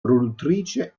produttrice